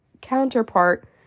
counterpart